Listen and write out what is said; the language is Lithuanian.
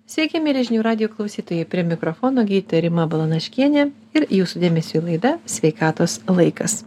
sveiki mieli žinių radijo klausytojai prie mikrofono gytė rima balanaškienė ir jūsų dėmesiui laida sveikatos laikas